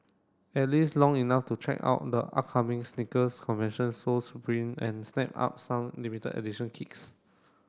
at least long enough to check out the upcoming sneakers convention Sole supreme and snap up some limited edition kicks